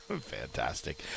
Fantastic